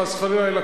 חס וחלילה,